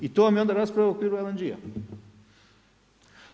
I to vam je onda rasprava u okviru LNG-a.